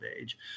Age